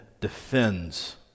defends